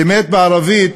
באמת בערבית